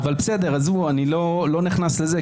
עזבו, אני לא נכנס לזה.